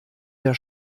der